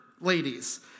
ladies